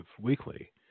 weekly